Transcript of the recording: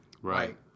Right